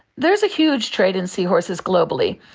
there is a huge trade in seahorses globally.